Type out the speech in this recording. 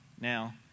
now